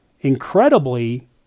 incredibly